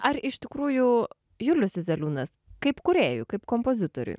ar iš tikrųjų julius juzeliūnas kaip kūrėjui kaip kompozitoriui